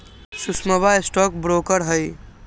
सुषमवा stockbroker हई